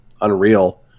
Unreal